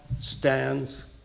stands